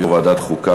יו"ר ועדת החוקה,